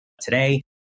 today